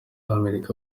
amerika